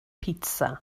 pitsa